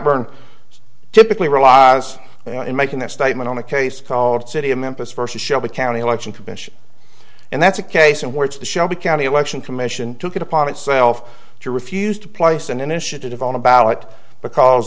blackburn typically relies in making that statement on a case called city of memphis versus shelby county election commission and that's a case in which the shelby county election commission took it upon itself to refuse to place an initiative on a ballot because